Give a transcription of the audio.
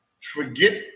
forget